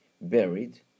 buried